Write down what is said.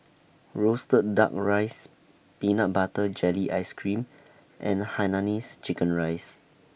Roasted Duck Rice Peanut Butter Jelly Ice Cream and Hainanese Chicken Rice